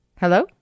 Hello